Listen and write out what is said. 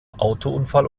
autounfall